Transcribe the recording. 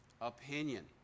opinion